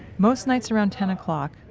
most nights around ten o'clock,